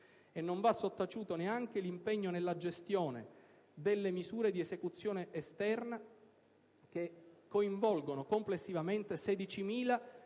E non va sottaciuto neanche l'impegno nella gestione delle misure di esecuzione esterna, che coinvolgono complessivamente 16.084 detenuti,